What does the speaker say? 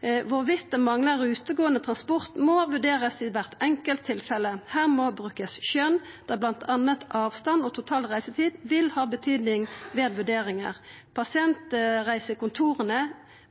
det foreligger «manglende rutegående transport» må vurderes i hvert enkelt tilfelle. Her må det brukes skjønn, der blant annet avstand og total reisetid vil ha betydning ved vurderingen. Pasientreisekontorene